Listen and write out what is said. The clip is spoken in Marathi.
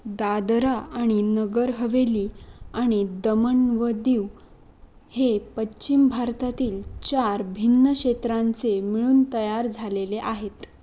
दादरा आणि नगर हवेली आणि दमण व दीव हे पश्चिम भारतातील चार भिन्न क्षेत्रांचे मिळून तयार झालेले आहेत